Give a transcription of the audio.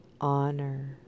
honor